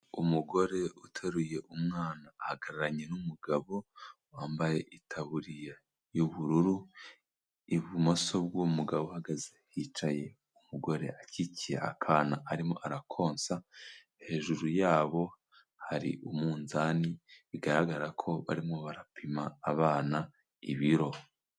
Umugore uteruye umwana ahagararanye n'umugabo wambaye itaburiya y'ubururu, ibumoso bw'uwo mugabo uhagaze hicaye umugore akikiye akana arimo arakonsa, hejuru yabo hari umunzani bigaragara ko barimo barapima abana ibiro.